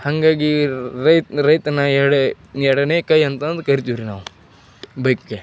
ಹಾಗಾಗಿ ರೈತ ರೈತನ ಎಡೆ ಎರಡನೇ ಕೈ ಅಂತಂದು ಕರಿತೀವ್ರಿ ನಾವು ಬೈಕಿಗೆ